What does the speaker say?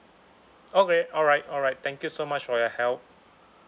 okay alright alright thank you so much for your help